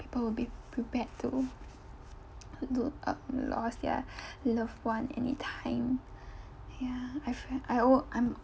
people will be prepared to to uh lost their loved one anytime ya I feel I al~ I'm